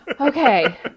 Okay